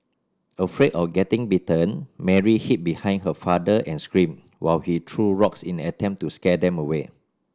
afraid of getting bitten Mary hid behind her father and screamed while he threw rocks in attempt to scare them away